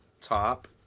top